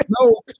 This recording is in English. No